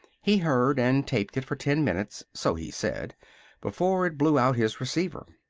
he heard and taped it for ten minutes so he said before it blew out his receiver.